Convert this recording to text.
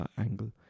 angle